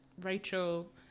Rachel